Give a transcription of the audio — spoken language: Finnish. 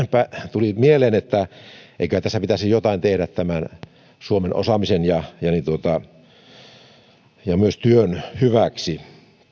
tuli mieleen että eiköhän tässä pitäisi jotakin tehdä suomalaisen osaamisen ja myös työn hyväksi